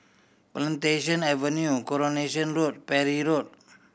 Plantation Avenue Coronation Road Parry Road